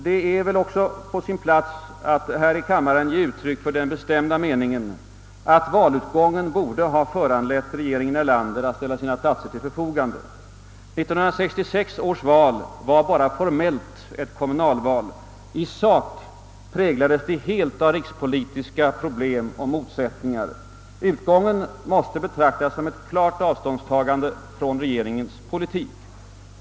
Det är väl också på sin plats att här i kammaren ge uttryck för den bestämda meningen, att valutgången borde ha föranlett regeringen Erlander att ställa sina platser till förfogande. 1966 års val var bara formellt ett kommunalval. I sak präglades det helt av rikspolitiska problem och motsättningar. Utgången måste betraktas som ett klart avståndstagande från regeringens politik.